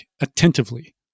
attentively